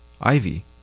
Ivy